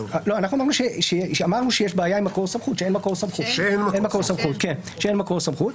אמרנו שיש בעיה עם מקור סמכות וכי אין מקור סמכות.